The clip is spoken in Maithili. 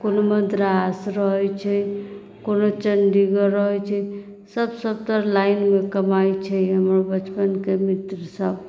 कोनो मद्रास रहैत छै कोनो चण्डीगढ़ रहैत छै सभ सभतरि लाइनमे कमाइत छै हमर बचपनके मित्रसभ